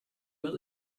were